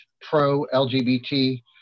pro-lgbt